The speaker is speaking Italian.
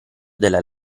della